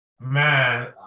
Man